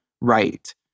right